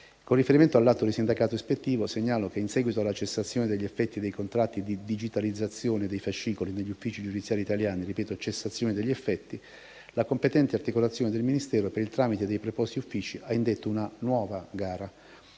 Con riferimento all'atto di sindacato ispettivo, segnalo che, in seguito alla cessazione degli effetti dei contratti di digitalizzazione dei fascicoli negli uffici giudiziari italiani - ripeto: cessazione degli effetti - la competente articolazione del Ministero, per il tramite dei preposti uffici, ha indetto una nuova gara.